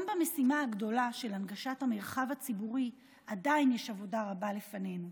גם במשימה הגדולה של הנגשת המרחב הציבורי עדיין יש עבודה רבה לפנינו.